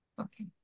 Okay